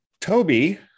Toby